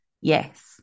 Yes